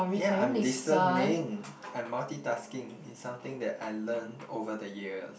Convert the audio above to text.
yeah I'm listening I'm multitasking it's something that I learned over the years